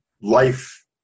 life